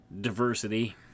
diversity